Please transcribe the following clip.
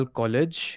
college